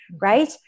right